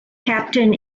captain